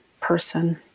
person